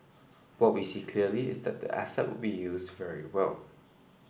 what we see clearly is that the asset will be used very well